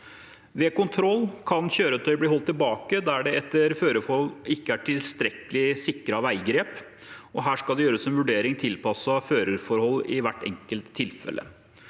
Ved kontroll kan kjøretøy bli holdt tilbake der det etter føreforholdene ikke er tilstrekkelig sikret veigrep. Her skal det gjøres en vurdering tilpasset føreforholdene i hvert enkelt tilfelle.